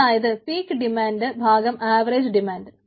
അതായത് peak demand ഭാഗം average demand